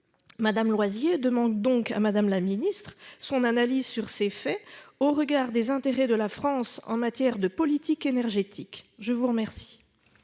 Mme Loisier demande donc à Mme la ministre son analyse sur ces faits au regard des intérêts de la France en matière de politique énergétique. La parole